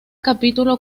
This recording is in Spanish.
capítulo